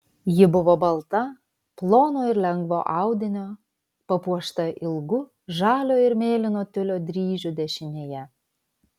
ji buvo balta plono ir lengvo audinio papuošta ilgu žalio ir mėlyno tiulio dryžiu dešinėje